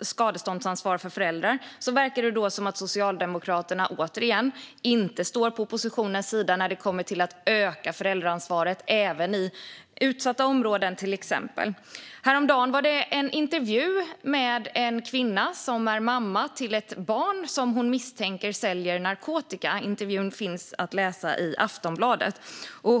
skadeståndsansvar för föräldrar verkar det som att Socialdemokraterna återigen inte står på oppositionens sida när det gäller att öka föräldraansvaret även i till exempel utsatta områden. Häromdagen intervjuades en kvinna som är mamma till ett barn som hon misstänker säljer narkotika. Intervjun finns att läsa i Aftonbladet.